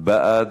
בעד,